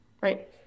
Right